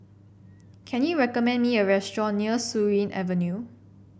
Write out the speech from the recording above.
can you recommend me a restaurant near Surin Avenue